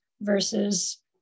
versus